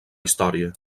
història